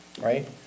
right